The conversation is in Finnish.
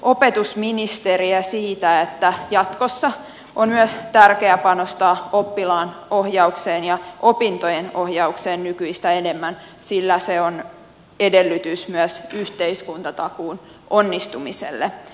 muistuttaisinkin opetusministeriä siitä että jatkossa on myös tärkeää panostaa oppilaanohjaukseen ja opintojen ohjaukseen nykyistä enemmän sillä se on edellytys myös yhteiskuntatakuun onnistumiselle